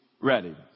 ready